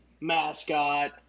mascot